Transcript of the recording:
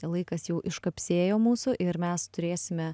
laikas jau iškapsėjo mūsų ir mes turėsime